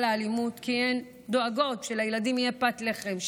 האלימות כי הן דואגות שלילדים יהיה פת לחם,